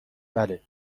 بله